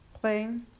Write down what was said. playing